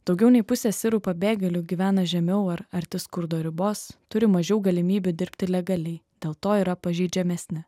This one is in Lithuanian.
daugiau nei pusė sirų pabėgėlių gyvena žemiau ar arti skurdo ribos turi mažiau galimybių dirbti legaliai dėl to yra pažeidžiamesni